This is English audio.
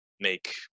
make